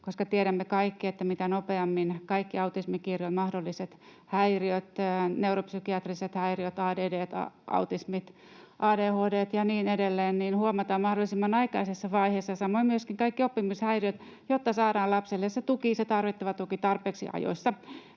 koska tiedämme kaikki, että on erittäin tärkeää, että kaikki autismikirjon mahdolliset häiriöt, neuropsykiatriset häiriöt — ADD:t, autismit, ADHD:t ja niin edelleen — huomataan mahdollisimman aikaisessa vaiheessa, ja samoin myöskin kaikki oppimishäiriöt, jotta saadaan lapselle se tarvittava tuki tarpeeksi ajoissa,